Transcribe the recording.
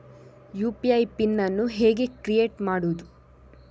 UPI PIN ಅನ್ನು ಹೇಗೆ create ಮಾಡುದು?